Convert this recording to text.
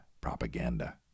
propaganda